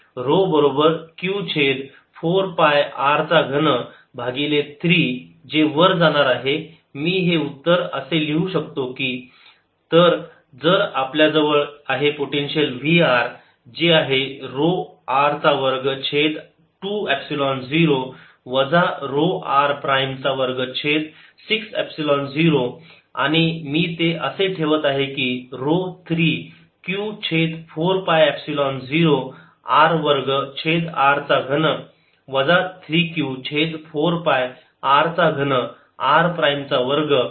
rRVrrRrρdr00rr2ρdr0rR220 r260 rho बरोबर Q छेद 4 pi R चा घन भागिले 3 जे वर जाणार आहे मी हे उत्तर असे लिहू शकतो की तर आपल्या जवळ आहे पोटेन्शियल V r जे आहे रो R चा वर्ग छेद 2 एपसिलोन 0 वजा रो r प्राईम चा वर्ग छेद 6 एपसिलोन 0 आणि मी ते असे ठेवत आहे की रो 3 Q छेद 4 पाय एपसिलोन 0 R वर्ग छेद R चा घन वजा 3 Q छेद 4 पाय R चा घन r प्राईम चा वर्ग